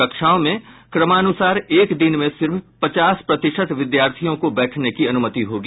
कक्षाओं में क्रमानुसार एक दिन में सिर्फ पचास प्रतिशत विद्यार्थियों को बैठने की अनुमति होगी